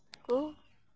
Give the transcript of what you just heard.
ᱠᱚ